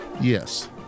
Yes